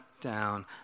down